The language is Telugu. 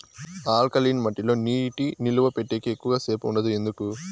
ఆల్కలీన్ మట్టి లో నీటి నిలువ పెట్టేకి ఎక్కువగా సేపు ఉండదు ఎందుకు